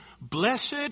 Blessed